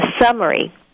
summary